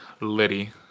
Liddy